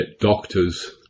doctors